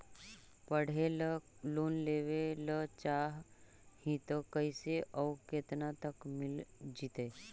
पढ़े ल लोन लेबे ल चाह ही त कैसे औ केतना तक मिल जितै?